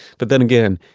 but then again,